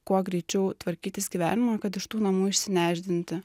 kuo greičiau tvarkytis gyvenimą kad iš tų namų išsinešdinti